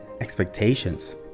expectations